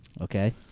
okay